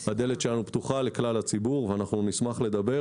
הדלת שלנו פתוחה לכלל הציבור ונשמח לדבר